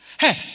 hey